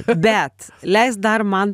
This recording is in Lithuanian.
bet leisk dar man